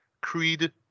Creed